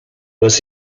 was